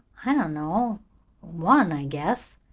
i don't know one, i guess.